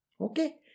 Okay